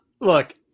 look